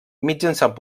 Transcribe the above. mitjançant